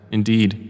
indeed